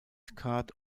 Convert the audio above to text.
card